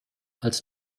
als